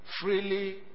freely